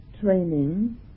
training